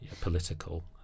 political